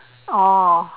oh